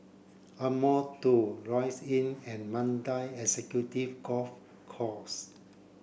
Ardmore tow Lloyds Inn and Mandai Executive Golf Course